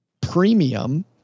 premium